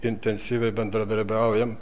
intensyviai bendradarbiaujam